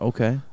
Okay